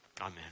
Amen